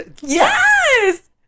Yes